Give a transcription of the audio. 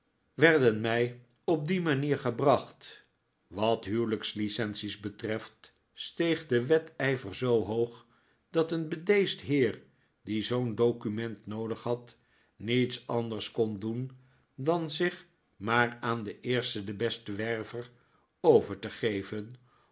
werden mij op die manier gebracht wat huwelijks licences betreft steeg de wedijver zoo hoog dat een bedeesd heer die zoo'n document noodig had niets anders kon doen dan zich maar aan den eersten den besten werver over te geven